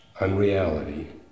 unreality